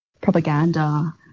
propaganda